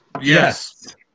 Yes